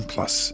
Plus